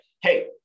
hey